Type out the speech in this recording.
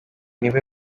niwe